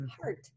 heart